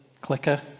clicker